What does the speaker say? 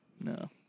No